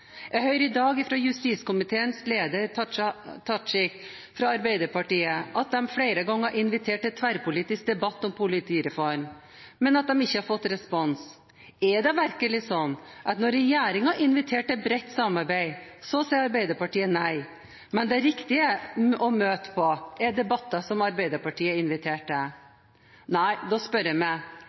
Jeg hørte i dag at justiskomiteens leder Hadia Tajik fra Arbeiderpartiet sa at de flere ganger har invitert til tverrpolitisk debatt om politireform, men at de ikke har fått respons. Er det virkelig slik at når regjeringen inviterer til bredt samarbeid, sier Arbeiderpartiet nei og mener at det riktige er å møte på debatter som Arbeiderpartiet inviterer til? Da spør jeg meg: